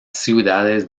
ciudades